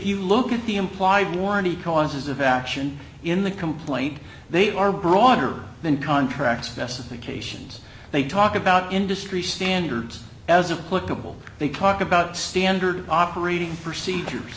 you look at the implied warranty causes of action in the complaint they are broader than contract specifications they talk about industry standards as a political they talk about standard operating procedures